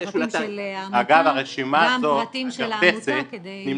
פרטים של העמותה כדי --- אגב,